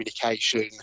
communication